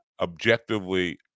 objectively